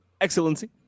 Excellency